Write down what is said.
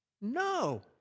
no